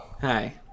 Hi